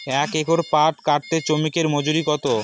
এক একর পাট কাটতে শ্রমিকের মজুরি কত?